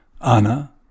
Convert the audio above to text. Anna